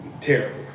Terrible